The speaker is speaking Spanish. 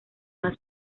más